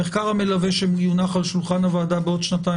המחקר המלווה שיונח על שולחן הוועדה בעוד שנתיים